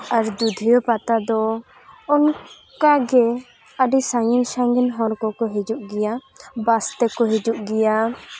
ᱟᱨ ᱫᱩᱫᱭᱟᱹ ᱯᱟᱛᱟ ᱫᱚ ᱚᱱᱠᱟᱜᱮ ᱟᱹᱰᱤ ᱥᱟᱺᱜᱤᱧ ᱥᱟᱺᱜᱤᱧ ᱦᱚᱲ ᱠᱚᱠᱚ ᱦᱤᱡᱩᱜ ᱜᱮᱭᱟ ᱵᱟᱥ ᱛᱮᱠᱚ ᱦᱤᱡᱩᱜ ᱜᱮᱭᱟ